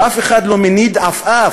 ואף אחד לא מניד עפעף.